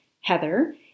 Heather